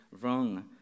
wrong